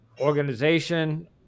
organization